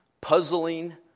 puzzling